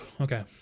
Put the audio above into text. Okay